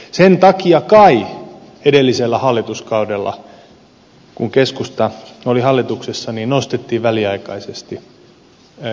sen takia kai edellisellä hallituskaudella kun keskusta oli hallituksessa nostettiin väliaikaisesti yhteisöverojen kuntaosuutta